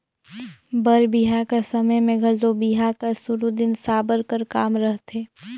बर बिहा कर समे मे घलो बिहा कर सुरू दिन साबर कर काम रहथे